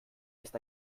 ist